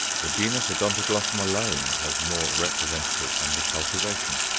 the genus odontoglossum alone has more representatives under cultivation.